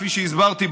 כפי שהסברתי,